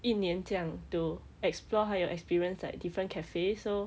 一年将 to explore how you experience like different cafes so